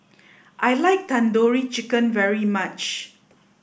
I like Tandoori Chicken very much